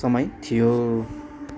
समय थियो